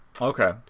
Okay